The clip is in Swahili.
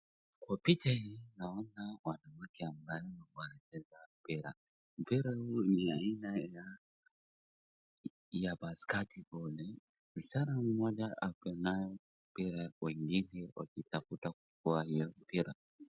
Kwa picha hii naona wanawake ambao wanacheza mpira, mpira hii ni aina ya basketi boli msichana mmoja ako nayo mpira wengine wakitafuta kuchukua hiyo mpira.